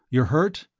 you're hurt?